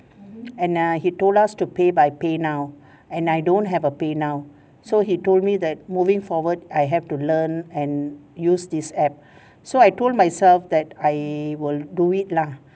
and err he told us to pay by paynow and I don't have a paynow so he told me that moving forward I have to learn and use this app so I told myself that I will do it lah